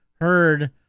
heard